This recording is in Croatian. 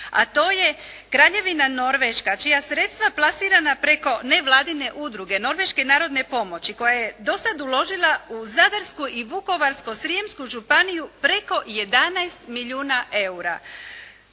a to je Kraljevina Norveška čija sredstva plasirana preko nevladine udruge Norveške narodne pomoći koja je do sada uložila u Zadarsku i Vukovarsko-srijemsku županiju preko 11 milijuna eura.